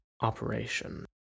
operation